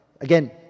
Again